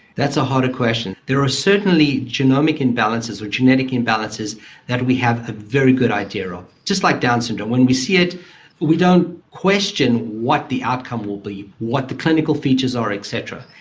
that's a harder question. there are certainly genomic imbalances or genetic imbalances that we have a very good idea of, just like down's syndrome, when we see it we don't question what the outcome will be, what the clinical features are et cetera.